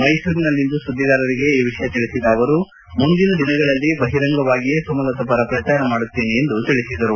ಮೈಸೂರಿನಲ್ಲಿಂದು ಸುದ್ದಿಗಾರರಿಗೆ ಈ ವಿಷಯ ತಿಳಿಸಿದ ಅವರು ಮುಂದಿನ ದಿನಗಳಲ್ಲಿ ಬಹಿರಂಗವಾಗಿಯೇ ಸುಮಲತಾ ಪರ ಪ್ರಚಾರ ಮಾಡುತ್ತೇನೆ ಎಂದು ತಿಳಿಸಿದರು